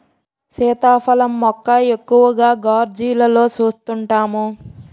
సీతాఫలం మొక్క ఎక్కువగా గోర్జీలలో సూస్తుంటాము